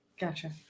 gotcha